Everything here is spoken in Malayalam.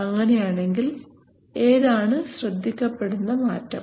അങ്ങനെയാണെങ്കിൽ ഏതാണ് ശ്രദ്ധിക്കപ്പെടുന്ന മാറ്റം